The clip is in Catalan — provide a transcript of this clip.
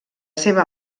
seva